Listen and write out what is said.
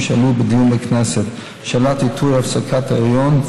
שעלו בדיון בכנסת: שאלת עיתוי הפסקת ההיריון,